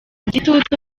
gitutu